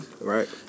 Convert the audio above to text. Right